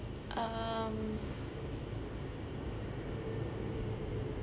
um